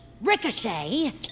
Ricochet